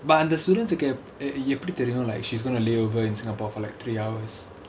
but நான் அந்த:naan andha students கு எப்படி தெரியும்:ku eppadi theriyum like she's gonna lay over in singapore for like three hours